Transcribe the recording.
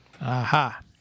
Aha